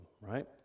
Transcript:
Right